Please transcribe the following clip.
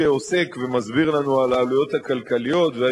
כי המסקנות הכלכליות,